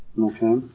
Okay